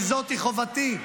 כי זאת היא חובתי,